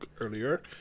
earlier